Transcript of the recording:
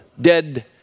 Dead